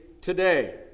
today